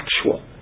actual